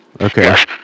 Okay